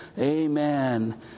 amen